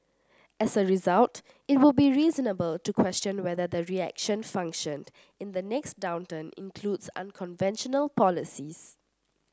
as a result it would be reasonable to question whether the reaction function in the next downturn includes unconventional policies